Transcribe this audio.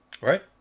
Right